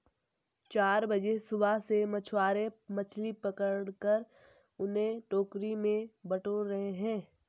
चार बजे सुबह से मछुआरे मछली पकड़कर उन्हें टोकरी में बटोर रहे हैं